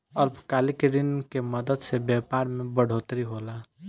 अल्पकालिक ऋण के मदद से व्यापार मे बढ़ोतरी होला